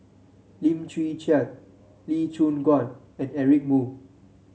Lim Chwee Chian Lee Choon Guan and Eric Moo